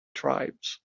tribes